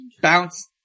bounce